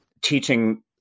teaching